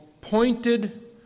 pointed